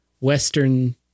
Western